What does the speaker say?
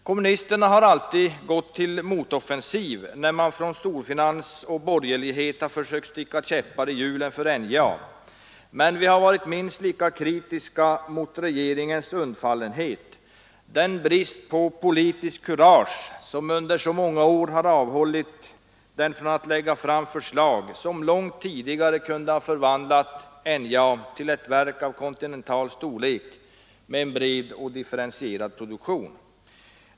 Kommunisterna har alltid gått till motoffensiv när storfinans och borgerlighet försökt sticka käppar i hjulen för NJA, men vi har varit minst lika kritiska mot regeringens undfallenhet, den brist på politiskt kurage som under så många år har avhållit den från att lägga fram förslag som långt tidigare kunde ha förvandlat NJA till ett verk av kontinental storlek med en bred och differentierad produktion.